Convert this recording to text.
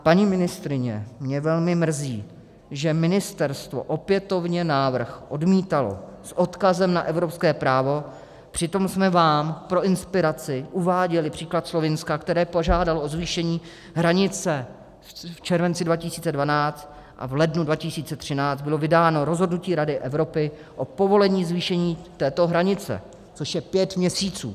Paní ministryně, mě velmi mrzí, že ministerstvo opětovně návrh odmítalo s odkazem na evropské právo, přitom jsme vám pro inspiraci uváděli příklad Slovinska, které požádalo o zvýšení hranice v červenci 2012, a v lednu 2013 bylo vydáno rozhodnutí Rady Evropy o povolení zvýšení této hranice, což je pět měsíců.